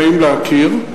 נעים להכיר,